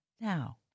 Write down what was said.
Now